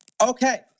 okay